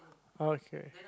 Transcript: okay